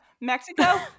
Mexico